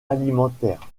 alimentaire